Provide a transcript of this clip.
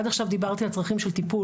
עד עכשיו דיברתי על צרכי טיפול,